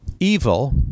Evil